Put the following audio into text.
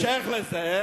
בנוסף,